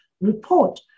report